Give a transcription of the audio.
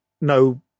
no